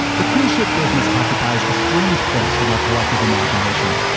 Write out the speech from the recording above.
the cruise ship business occupies a strange place in our collective imagination.